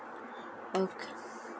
okay